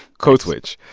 code switch.